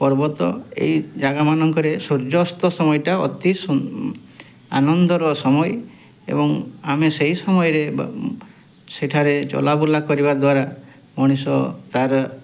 ପର୍ବତ ଏଇ ଜାଗାମାନଙ୍କରେ ସୂର୍ଯ୍ୟାସ୍ତ ସମୟଟା ଅତି ଆନନ୍ଦର ସମୟ ଏବଂ ଆମେ ସେଇ ସମୟରେ ସେଠାରେ ଚଲାବୁଲା କରିବା ଦ୍ୱାରା ମଣିଷ ତାର